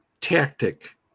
tactic